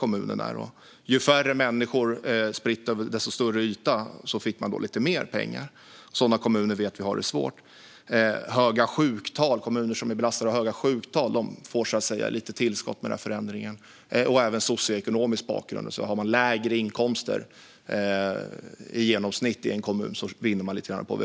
Kommuner med få människor spridda över en större yta får lite mer pengar. Vi vet att sådana kommuner har det svårt. Kommuner som är belastade av höga sjuktal får lite tillskott med den här förändringen. Även socioekonomisk bakgrund har betydelse. Har man i en kommun i genomsnitt lägre inkomster vinner man lite grann på detta.